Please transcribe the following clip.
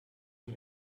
zum